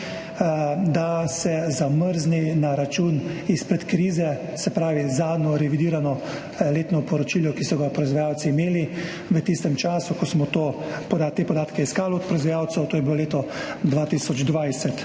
da se zamrzne na račun izpred krize, se pravi, zadnje revidirano letno poročilo, ki so ga proizvajalci imeli v tistem času, ko smo te podatke iskali od proizvajalcev, to je bilo leto 2020.